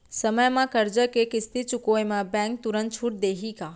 समय म करजा के किस्ती चुकोय म बैंक तुरंत छूट देहि का?